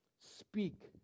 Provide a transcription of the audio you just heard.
speak